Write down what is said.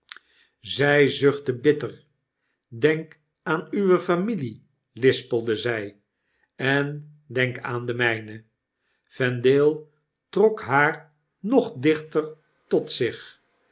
zy zuchtte bitter denk aan uwe familie lispelde zy en denk aan de myne vendale trok haar nog dichter tot zich